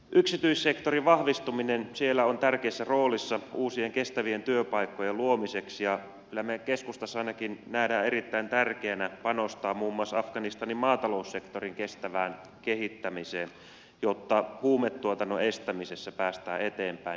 yksityissektorin vahvistuminen siellä on tärkeässä roolissa uusien kestävien työpaikkojen luomiseksi ja kyllä me keskustassa ainakin näemme erittäin tärkeänä panostaa muun muassa afganistanin maataloussektorin kestävään kehittämiseen jotta huumetuotannon estämisessä päästään eteenpäin